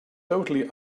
totally